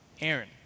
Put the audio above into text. Aaron